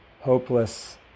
hopeless